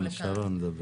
זה לא אצלנו.